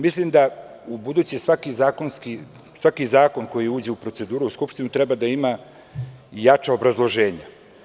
Mislim da ubuduće svaki zakon koji uđe u proceduru u Skupštinu treba da ima jače obrazloženje.